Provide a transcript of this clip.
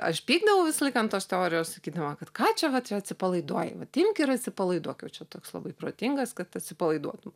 aš pykdavau visąlaik ant tos teorijos sakydavo kad ką čia va čia atsipalaiduoji vat imk ir atsipalaiduok jau čia toks labai protingas kad atsipalaiduotum